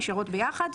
הן נשארות ביחד,